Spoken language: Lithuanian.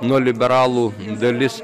nuo liberalų dalis